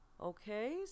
okay